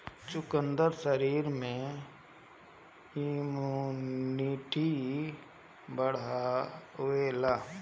चुकंदर शरीर में इमुनिटी बढ़ावेला